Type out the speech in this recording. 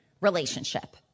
relationship